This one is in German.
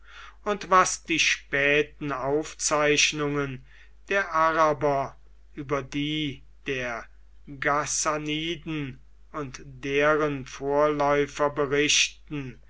und was die späten aufzeichnungen der araber über die der ghassaniden und deren vorläufer berichten